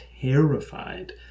terrified